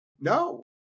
No